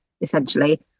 essentially